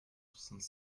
soixante